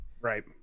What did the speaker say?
right